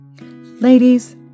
Ladies